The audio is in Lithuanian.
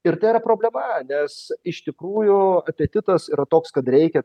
ir tai yra problema nes iš tikrųjų apetitas yra toks kad reikia